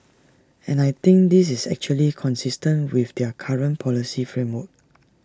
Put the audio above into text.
and I think this is actually consistent with their current policy framework